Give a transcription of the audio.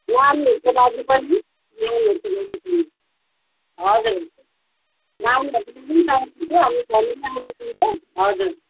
नानीहरूको लागि पनि नानीहरूको हजुर नानीहरूलाई पनि हजुर